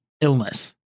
illness